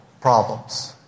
problems